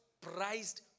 prized